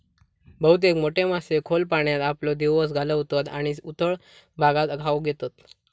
बहुतेक मोठे मासे खोल पाण्यात आपलो दिवस घालवतत आणि उथळ भागात खाऊक येतत